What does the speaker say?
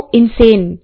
insane